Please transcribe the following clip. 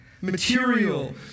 material